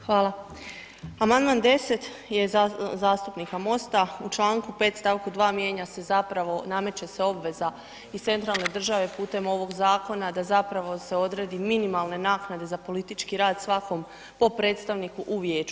Hvala, amandman 10. je zastupnika MOST-a u članku 5. stavu 2. mijenja se zapravo nameće se obveza iz centralne države putem ovog zakona da zapravo se odredi minimalne naknade za politički rad svakom po predstavniku u vijeću.